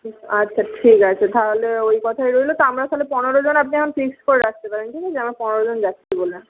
আচ্ছা ঠিক আছে তাহলে ওই কথাই রইল তা আমরা তাহলে পনেরো জন আপনি এখন ফিক্সড করে রাখতে পারেন ঠিক আছে আমরা পনেরো জন যাচ্ছি বলে